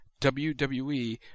WWE